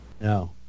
No